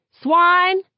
Swine